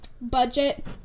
budget